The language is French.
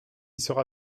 sera